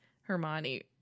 Hermione